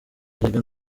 erega